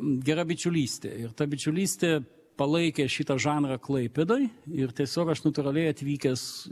gera bičiulystė ir ta bičiulystė palaikė šitą žanrą klaipėdoj ir tiesiog aš natūraliai atvykęs